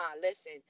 listen